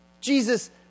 Jesus